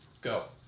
go